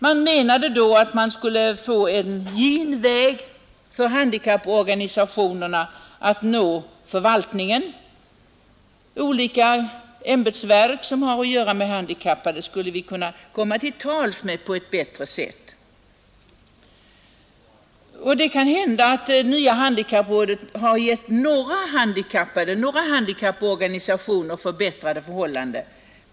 Man menade att det skulle ge en gin väg för handikapporganisationerna att nå förvaltningen; olika ämbetsverk som har att göra med de handikappade skulle vi kunna komma till tals med på ett bättre sätt. Det kan hända, att det nya handikapprådet har gett några handikappade och några handikapporganisationer bättre förhållanden.